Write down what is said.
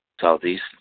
Southeast